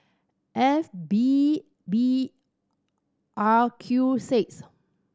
F P B R Q six